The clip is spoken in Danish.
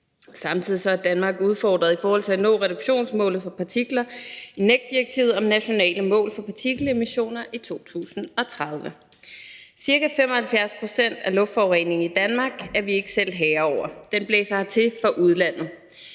Samtidig er Danmark udfordret i forhold til at nå reduktionsmålet for partikler, NEC-direktivet om nationale mål for partikelemissioner, i 2030. Ca. 75 pct. af luftforureningen i Danmark er vi ikke selv herrer over. Den blæser hertil fra udlandet.